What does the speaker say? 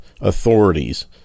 authorities